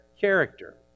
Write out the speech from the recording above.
character